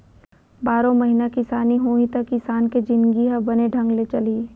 बारो महिना किसानी होही त किसान के जिनगी ह बने ढंग ले चलही